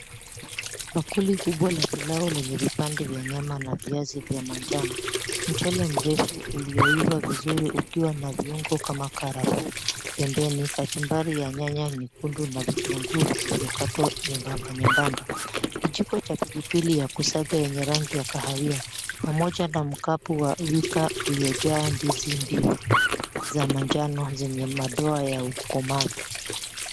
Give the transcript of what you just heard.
Bakuli kubwa la pilau lenye vipande vya nyama na viazi vya manjano, mchele mrefu ulioiva vizuri ukiwa na viungo kama karafuu pembeni, kachumbari ya nyanya nyekundu na vitunguu vilivyokatwa nyembamba nyembamba. Kijiko cha pilipili ya kusaga yenye rangi ya kahawia, pamoja na mkapu wa wika uliojaa ndizi mbivu za manjano zenye madoa ya ukomavu.